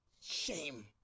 Shame